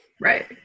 Right